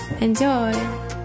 Enjoy